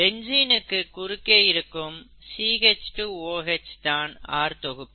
பென்சீனுக்கு குறுக்கே இருக்கும் CH2OH தான் R தொகுப்பு